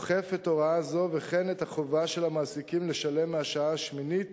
אוכף הוראה זו וכן את החובה של המעסיקים לשלם מהשעה השמינית